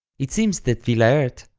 it seems that willaert,